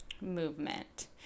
movement